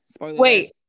Wait